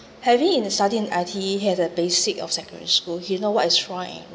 having in the studied in I_T_E have a basic of secondary school he know what is wrong and